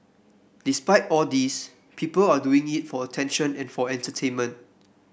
despite all these people are doing it for attention and for entertainment